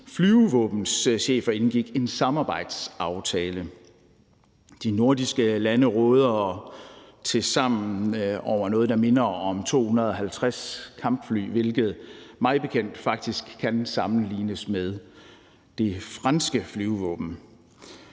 flyvevåbenchefer indgik en samarbejdsaftale. De nordiske lande råder tilsammen over noget, der minder om 250 kampfly, hvilket mig bekendt faktisk kan sammenlignes med det franske flyvevåben.